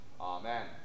Amen